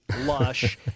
lush